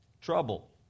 Trouble